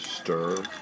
Stir